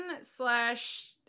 slash